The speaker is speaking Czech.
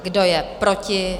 Kdo je proti?